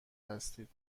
هستید